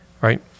right